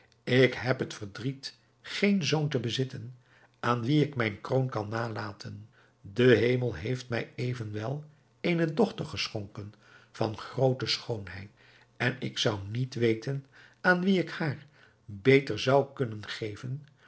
ik heb het verdriet geen zoon te bezitten aan wien ik mijne kroon kan nalaten de hemel heeft mij evenwel eene dochter geschonken van groote schoonheid en ik zou niet weten aan wien ik haar beter zou kunnen geven